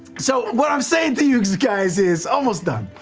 so, what i'm saying to youse guys is almost done.